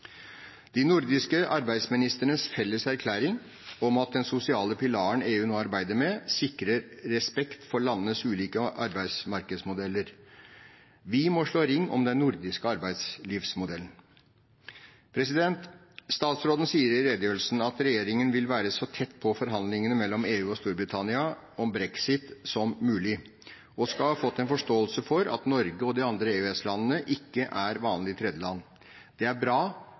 De nordiske arbeidsministrenes felles erklæring om den sosiale pilaren EU nå arbeider med, sikrer respekt for landenes ulike arbeidsmarkedsmodeller. Vi må slå ring om den nordiske arbeidslivsmodellen. Statsråden sier i redegjørelsen at regjeringen vil være så tett på forhandlingene mellom EU og Storbritannia om brexit som mulig, og skal ha fått en forståelse for at Norge og de andre EØS-landene ikke er vanlige tredjeland. Det er bra